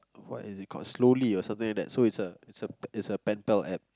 what is it called slowly or something like that it is a pen pal App